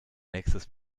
nächstes